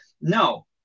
No